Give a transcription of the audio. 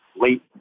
late